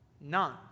none